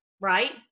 right